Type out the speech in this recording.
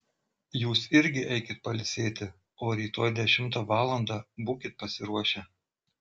jūs irgi eikit pailsėti o rytoj dešimtą valandą būkit pasiruošę